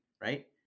right